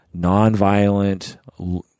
nonviolent